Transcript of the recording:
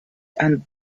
and